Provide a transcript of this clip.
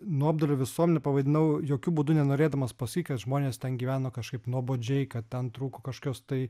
nuobodulio visuomene pavaidinau jokiu būdu nenorėdamas pasakyt kad žmonės ten gyveno kažkaip nuobodžiai kad ten trūko kažkokios tai